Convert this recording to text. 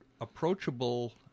approachable